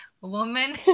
woman